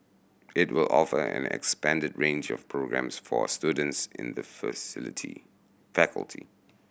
it will offer an expanded range of programmes for students in the facility faculty